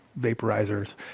vaporizers